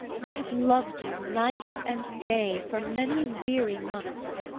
i have lov'd you night and day for many weary months.